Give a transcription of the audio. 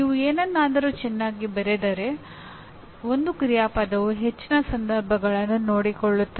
ನೀವು ಏನನ್ನಾದರೂ ಚೆನ್ನಾಗಿ ಬರೆದರೆ ಒಂದು ಕ್ರಿಯಾಪದವು ಹೆಚ್ಚಿನ ಸಂದರ್ಭಗಳನ್ನು ನೋಡಿಕೊಳ್ಳುತ್ತದೆ